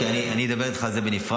אני אדבר איתך על זה בנפרד.